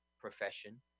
profession